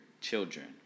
children